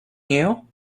new